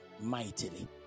mightily